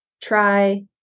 Try